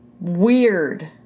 weird